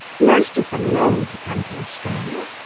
most of them long to come to australia,